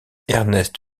ernest